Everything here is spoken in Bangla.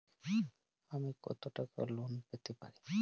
আমি কত টাকা লোন পেতে পারি?